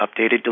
updated